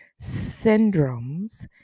syndromes